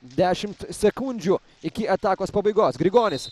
dešimt sekundžių iki atakos pabaigos grigonis